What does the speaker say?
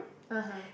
(uh huh)